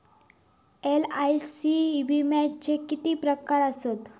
LIC विम्याचे किती प्रकार आसत?